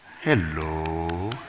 Hello